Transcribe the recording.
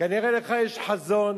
כנראה לך יש חזון